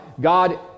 God